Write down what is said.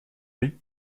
riz